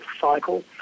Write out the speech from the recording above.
cycle